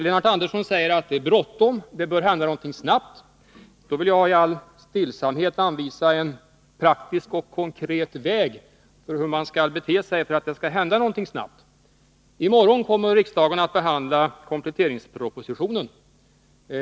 Lennart Andersson säger att det är bråttom, att det bör hända någonting snabbt. Jag vill då i all stillsamhet anvisa hur man praktiskt och konkret skall bete sig för att det skall hända någonting snabbt. I morgon kommer riksdagen att behandla kompletteringspropositionen.